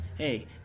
Hey